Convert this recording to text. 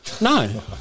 No